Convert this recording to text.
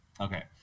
Okay